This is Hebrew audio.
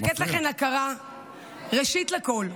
לתת לכן הכרה ראשית לכול,